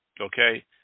Okay